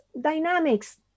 dynamics